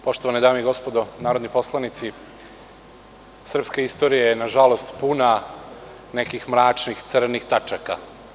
Poštovane dame i gospodo narodni poslanici, srpska istorija je, nažalost, puna nekih mračnih, crnih tačaka.